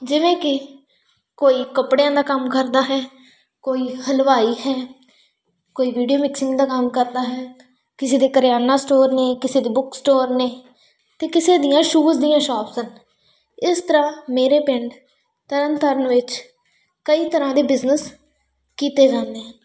ਜਿਵੇਂ ਕਿ ਕੋਈ ਕੱਪੜਿਆਂ ਦਾ ਕੰਮ ਕਰਦਾ ਹੈ ਕੋਈ ਹਲਵਾਈ ਹੈ ਕੋਈ ਵੀਡੀਓ ਮਿਕਸਿੰਗ ਦਾ ਕੰਮ ਕਰਦਾ ਹੈ ਕਿਸੇ ਦੇ ਕਰਿਆਨਾ ਸਟੋਰ ਨੇ ਕਿਸੇ ਦੇ ਬੁੱਕ ਸਟੋਰ ਨੇ ਅਤੇ ਕਿਸੇ ਦੀਆਂ ਸ਼ੂਜ਼ ਦੀਆਂ ਸ਼ੋਪਸ ਹਨ ਇਸ ਤਰ੍ਹਾਂ ਮੇਰੇ ਪਿੰਡ ਤਰਨਤਾਰਨ ਵਿੱਚ ਕਈ ਤਰ੍ਹਾਂ ਦੇ ਬਿਜ਼ਨਸ ਕੀਤੇ ਜਾਂਦੇ ਆ